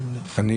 אני